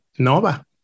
Nova